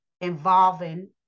involving